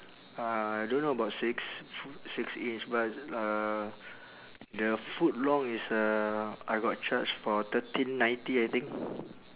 uh I don't know about six f~ six inch but uh the foot long is uh I got charged for thirteen ninety I think